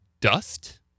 dust